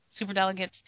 superdelegates